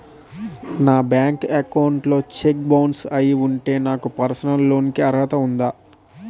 నా bank account లో cheque bounce అయ్యి ఉంటే నాకు పర్సనల్ లోన్ కీ అర్హత ఉందా?